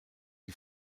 die